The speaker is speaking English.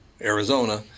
Arizona